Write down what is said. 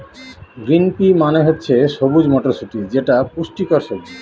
green pea মানে হচ্ছে সবুজ মটরশুটি যেটা পুষ্টিকর সবজি